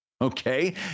Okay